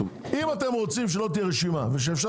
אם אתם רוצים שלא תהיה רשימה ושאפשר